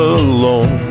alone